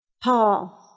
Paul